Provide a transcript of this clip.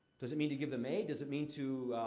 does it mean to give them aid? does it mean to,